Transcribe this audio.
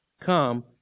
come